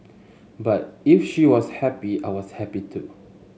but if she was happy I was happy too